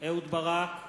אהוד ברק,